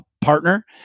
partner